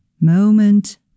moment